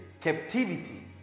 captivity